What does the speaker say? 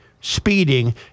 speeding